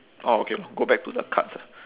orh okay go back to the cards ah